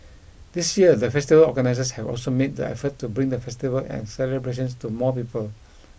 this year the festival organisers have also made the effort to bring the festival and celebrations to more people